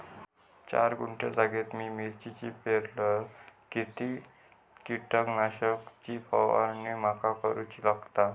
चार गुंठे जागेत मी मिरची पेरलय किती कीटक नाशक ची फवारणी माका करूची लागात?